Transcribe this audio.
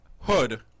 Hood